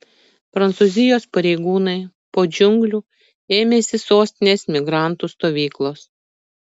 prancūzijos pareigūnai po džiunglių ėmėsi sostinės migrantų stovyklos